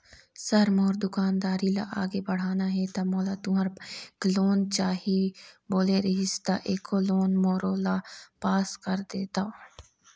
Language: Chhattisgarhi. सर मोर दुकानदारी ला आगे बढ़ाना हे ता मोला तुंहर बैंक लोन चाही बोले रीहिस ता एको लोन मोरोला पास कर देतव?